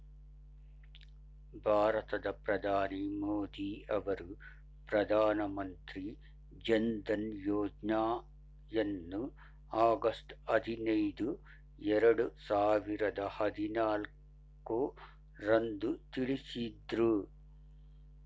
ಭಾರತದ ಪ್ರಧಾನಿ ಮೋದಿ ಅವರು ಪ್ರಧಾನ ಮಂತ್ರಿ ಜನ್ಧನ್ ಯೋಜ್ನಯನ್ನು ಆಗಸ್ಟ್ ಐದಿನೈದು ಎರಡು ಸಾವಿರದ ಹದಿನಾಲ್ಕು ರಂದು ತಿಳಿಸಿದ್ರು